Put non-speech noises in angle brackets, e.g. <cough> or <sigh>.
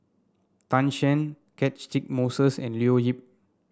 Tan Shen <unintelligible> Moses and Leo Yip